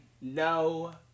No